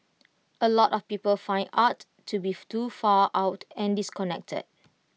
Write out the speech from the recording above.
A lot of people find art to beef too far out and disconnected